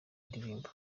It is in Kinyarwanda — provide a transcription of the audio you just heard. ndirimbo